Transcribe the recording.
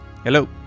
Hello